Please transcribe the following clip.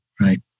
right